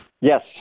Yes